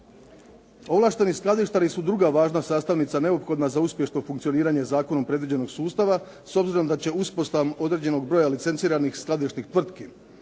Ovlašteni skladištari su druga važna sastavnica neophodna za uspješno funkcioniranje zakonom predviđenog sustava, s obzirom da će uspostavom određenog broja licenciranih skladišnih tvrtki